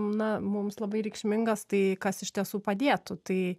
na mums labai reikšmingas tai kas iš tiesų padėtų tai